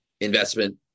investment